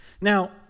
Now